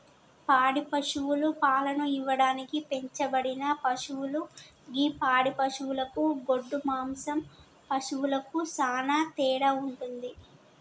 పాడి పశువులు పాలను ఇవ్వడానికి పెంచబడిన పశువులు గి పాడి పశువులకు గొడ్డు మాంసం పశువులకు సానా తేడా వుంటది